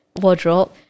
wardrobe